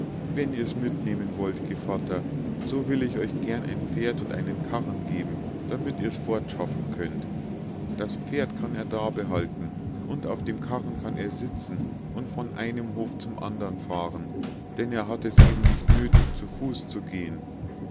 wenn ihr's mitnehmen wollt gevatter so will ich euch gern ein pferd und einen karren geben damit ihr's fortschaffen könnt das pferd kann er da behalten und auf dem karren kann er sitzen und von einem hof zum andern fahren denn er hat es eben nicht nöthig zu fuß zu gehen